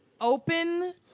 Open